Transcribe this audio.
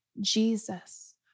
Jesus